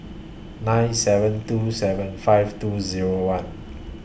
nine seven two seven five two Zero one